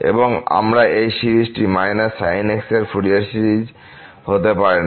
এবং আবার এই সিরিজটি −sin x এর ফুরিয়ার সিরিজ হতে পারে না